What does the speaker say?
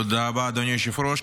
תודה רבה, אדוני היושב-ראש.